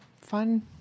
fun